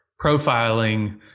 profiling